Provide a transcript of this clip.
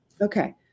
Okay